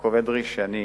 יעקב אדרי, שאני